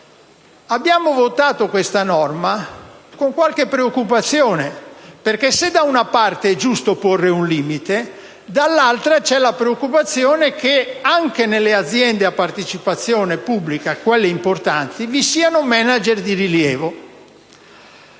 Abbiamo votato tale norma con qualche preoccupazione, perché se da una parte è giusto porre un limite, dall'altra c'è la preoccupazione che anche nelle aziende a partecipazione pubblica importanti vi siano *manager* di rilievo.